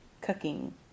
Cooking